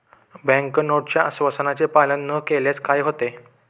Bank नोटच्या आश्वासनाचे पालन न केल्यास काय होते?